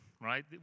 right